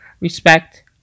respect